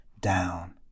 down